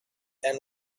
and